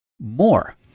more